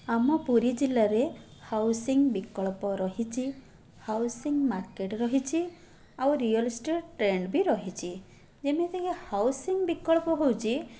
ଆମ ପୁରୀ ଜିଲ୍ଲାରେ ହାଉସିଙ୍ଗ ବିକଳ୍ପ ରହିଛି ହାଉସିଙ୍ଗ ମାର୍କେଟ ରହିଛି ଆଉ ରିଅଲଇଷ୍ଟେଟ ଟ୍ରେଣ୍ଡ ବି ରହିଛି ଯେମିତିକି ହାଉସିଙ୍ଗ ବିକଳ୍ପ ହେଉଛି